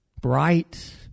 bright